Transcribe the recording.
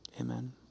Amen